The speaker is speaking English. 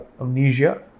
amnesia